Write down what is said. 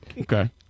Okay